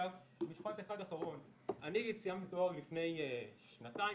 משפט אחרון אני סיימתי תואר לפני שנתיים,